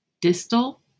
distal